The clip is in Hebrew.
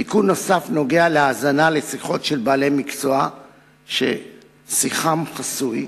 תיקון נוסף נוגע בהאזנה לשיחות של בעלי מקצוע ששיחם חסוי.